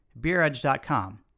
beeredge.com